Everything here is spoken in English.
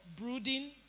brooding